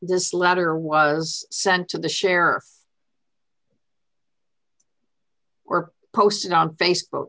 this letter was sent to the sheriff or posted on faceb